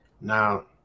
Now